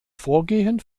vorgehen